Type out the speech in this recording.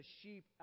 sheep